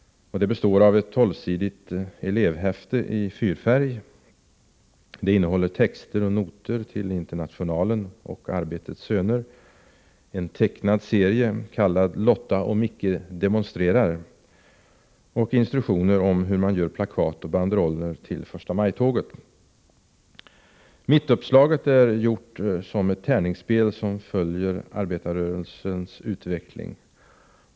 Det består av ett tolvsidigt elevhäfte i fyrfärg. Det innehåller texter och noter till Internationalen och Arbetets söner, en tecknad serie kallad ”Lotta och Micke demonstrerar” och instruktioner om hur man gör plakat och banderoller till förstamajtåget. Mittuppslaget är gjort som ett tärningsspel som följer arbetarrörelsens utveckling.